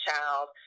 child